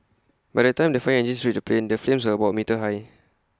by the time the fire engines reached the plane the flames were about A metre high